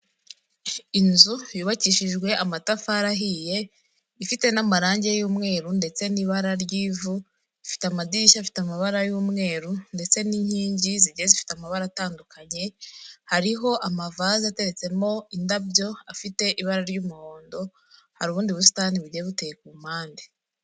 Inzu yubakishijwe amatafari ahiye ifite n'amarangi y'umweru ndetse n'ibara ry'ivu, ifite amadirishya afite amabara y'umweru ndetse n'inkingi zigiye zifite amabara atandukanye, hariho amavase ateretsemo indabyo afite ibara ry'umuhondo, hari ubundi busitani bugiye buteye ku mpande.